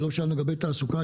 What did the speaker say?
לא שאלנו לגבי תעסוקה.